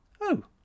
Oh